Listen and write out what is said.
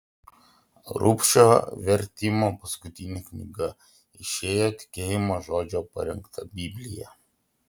rubšio vertimo paskutinė knyga išėjo tikėjimo žodžio parengta biblija